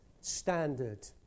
standard